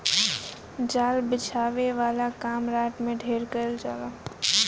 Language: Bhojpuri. जाल बिछावे वाला काम रात में ढेर कईल जाला